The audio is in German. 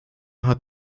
hat